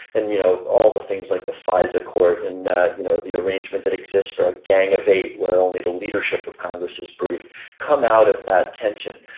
and you know all the things like the fisa court and you know the arrangement that exists for a gang of eight where only the leadership of congress is briefed come out of that tension.